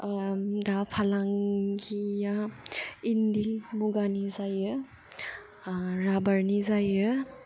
दा फालांगिआ इन्दि मुगानि जायो राबारनि जायो